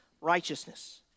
righteousness